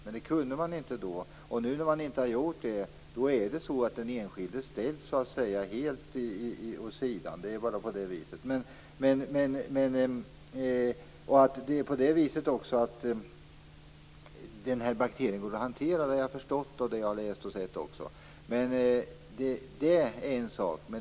Men det kunde man inte, och när man inte har gjort det ställs den enskilde helt åt sidan. Det är bara på det viset. Det är också så att det går att hantera den här bakterien. Jag har också läst om det och förstått det.